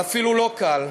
ואפילו לא קל,